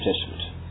Testament